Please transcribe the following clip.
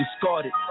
discarded